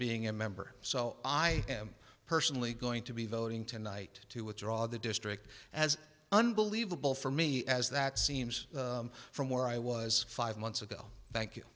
being a member so i am personally going to be voting tonight to withdraw the district as unbelievable from me as that seems from where i was five months ago thank you